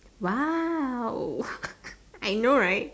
!wow! I know right